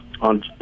on